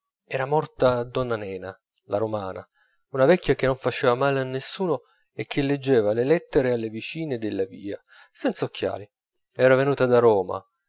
era morta donna nena la romana una vecchia che non faceva male a nessuno e che leggeva le lettere alle vicine della via senza occhiali era venuta da roma